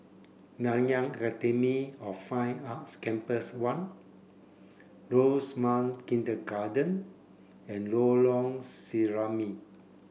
Nanyang Academy of Fine Arts Campus one Rosemount Kindergarten and Lorong Serambi